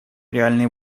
реальные